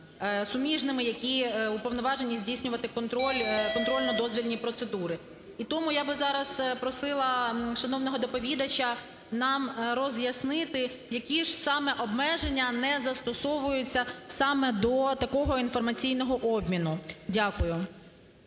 суміжними, які уповноважені здійснювати контроль… контрольно-дозвільні процедури. І тому я би зараз просила шановного доповідача нам роз'яснити, які ж саме обмеження не застосовуються саме до такого інформаційного обміну. Дякую.